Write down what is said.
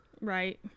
Right